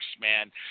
man